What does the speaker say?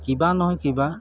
কিবা নহয় কিবা